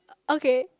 okay